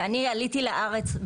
שאני עליתי לארץ,